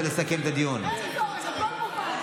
חברת הכנסת אורית פרקש הכהן,